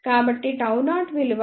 కాబట్టి Γ0 విలువ 0